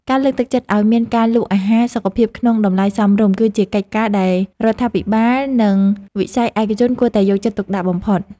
ការលើកទឹកចិត្តឲ្យមានការលក់អាហារសុខភាពក្នុងតម្លៃសមរម្យ គឺជាកិច្ចការដែលរដ្ឋាភិបាលនិងវិស័យឯកជនគួរតែយកចិត្តទុកដាក់បំផុត។